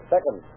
Second